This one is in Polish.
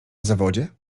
zawodzie